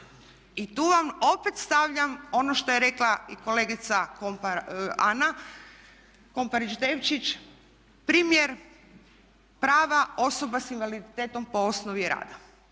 I tu vam opet stavljam ono što je rekla i kolegica Ana Komparić Devčić primjer prava osoba sa invaliditetom po osnovi rada.